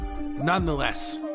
nonetheless